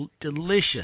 delicious